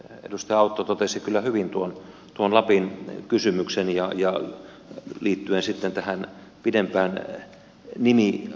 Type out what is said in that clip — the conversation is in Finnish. edustaja autto totesi kyllä hyvin tuon lapin kysymyksen liittyen sitten tähän pidempään nimiasianäkökulmaan